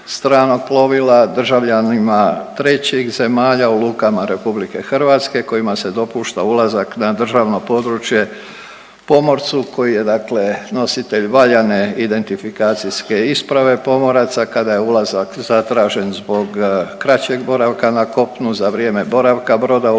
stranog plovila državljanima trećih zemalja u lukama RH kojima se dopušta ulazak na državno područje pomorcu koji je dakle nositelj valjane identifikacijske isprave pomoraca kada je ulazak zatražen zbog kraćeg boravka na kopnu za vrijeme boravka broda u